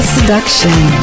Seduction